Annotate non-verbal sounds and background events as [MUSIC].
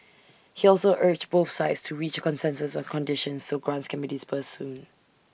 he also urged both sides to reach A consensus on conditions so grants can be disbursed soon [NOISE]